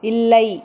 இல்லை